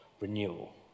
renewal